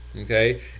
Okay